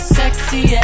sexy